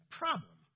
problem